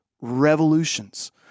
revolutions